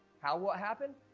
how what happened?